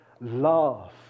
love